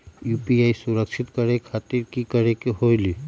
UPI सुरक्षित करे खातिर कि करे के होलि?